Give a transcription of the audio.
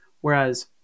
Whereas